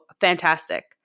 fantastic